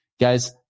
guys